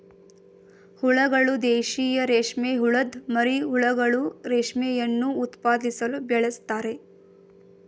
ಹುಳಗಳು ದೇಶೀಯ ರೇಷ್ಮೆಹುಳದ್ ಮರಿಹುಳುಗಳು ರೇಷ್ಮೆಯನ್ನು ಉತ್ಪಾದಿಸಲು ಬೆಳೆಸ್ತಾರೆ